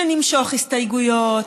שנמשוך הסתייגויות,